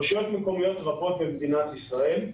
רשויות מקומיות רבות במדינת ישראל,